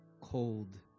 cold